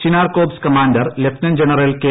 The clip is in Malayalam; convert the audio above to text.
Chinar corps commander lieutenant general K